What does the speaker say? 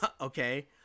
okay